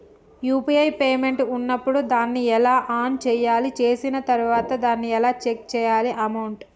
UPI payment ఉన్నప్పుడు దాన్ని ఎలా ఆన్ చేయాలి? చేసిన తర్వాత దాన్ని ఎలా చెక్ చేయాలి అమౌంట్?